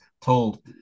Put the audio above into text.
told